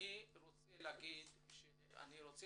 אני רוצה לסכם.